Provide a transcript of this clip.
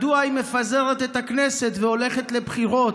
מדוע היא מפזרת את הכנסת והולכת לבחירות.